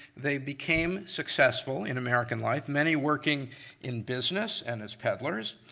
they became successful in american life. many working in business and as peddlers.